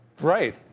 Right